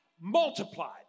multiplied